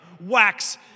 wax